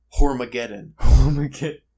Hormageddon